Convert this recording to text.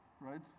Right